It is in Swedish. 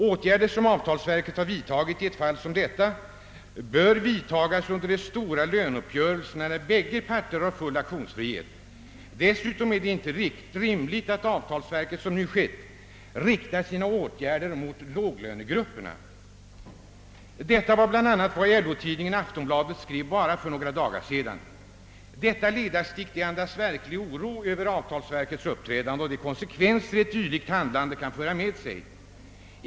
Åtgärder som avtalsverket har vidtagit i ett fall som detta bör vidtagas under de stora löneuppgörelserna, när bägge parter har full aktionsfrihet. Dessutom är det inte rimligt att avtalsverket, som nu skett, riktar sina åtgärder mot låglönegrupper.» Detta var bl.a. vad LO-tidningen Aftonbladet skrev för endast några dagar sedan. Detta ledarstick andas verklig oro över avtalsverkets uppträdande och de konsekvenser ett dylikt handlande kan föra med sig.